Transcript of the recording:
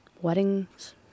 Wedding's